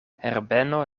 herbeno